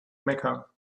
mecca